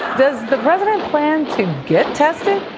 does the president plan to get tested?